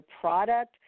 product